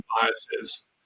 biases